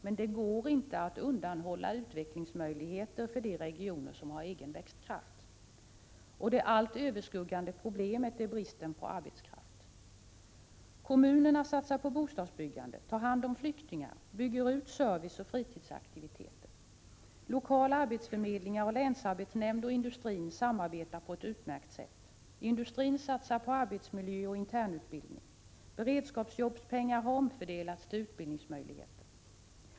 Men det går inte att undanhålla utvecklingsmöjligheter i de regioner som har egen växtkraft. Det allt överskuggande problemet är bristen på arbetskraft. Kommunerna satsar på bostadsbyggande, tar hand om flyktingar och utökar serviceoch fritidsaktiviteter. Lokala arbetsförmedlingar, länsarbetsnämnden och industrin samarbetar på ett utmärkt sätt. Industrin satsar på arbetsmiljö och internutbildning. När det gäller beredskapsjobbspengar har man gjort en omfördelning, så att pengar kan användas för att skapa utbildningsmöjligheter.